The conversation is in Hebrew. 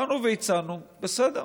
באנו והצענו: בסדר,